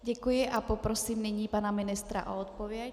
Děkuji a poprosím nyní pana ministra o odpověď.